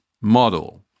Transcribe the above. model